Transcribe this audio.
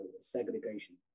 segregation